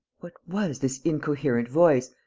what was this incoherent voice,